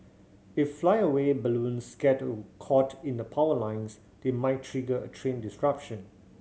if flyaway balloons get caught in the power lines they might trigger a train disruption